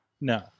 No